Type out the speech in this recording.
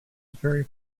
very